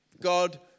God